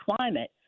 climate